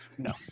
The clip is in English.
No